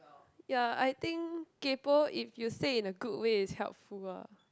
ya I think kaypo if you say in a good way is helpful ah